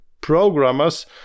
programmers